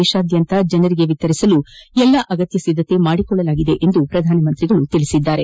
ದೇಶಾದ್ಯಂತ ಜನರಿಗೆ ವಿತರಿಸಲು ಎಲ್ಲ ಅಗತ್ತ ಸಿದ್ದತೆ ಮಾಡಿಕೊಳ್ಳಲಾಗಿದೆ ಎಂದು ಅವರು ಹೇಳಿದರು